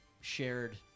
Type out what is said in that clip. Shared